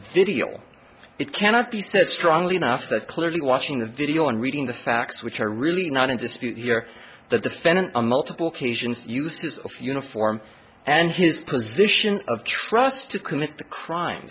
video it cannot be so strongly enough that clearly watching the video and reading the facts which are really not in dispute here the defendant on multiple occasions used this uniform and his position of trust to commit the crime